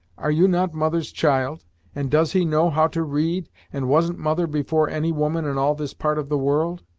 are you not mother's child and does he know how to read and wasn't mother before any woman in all this part of the world?